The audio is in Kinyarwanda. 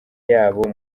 yabo